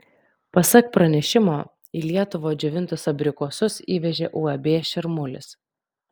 pasak pranešimo į lietuvą džiovintus abrikosus įvežė uab širmulis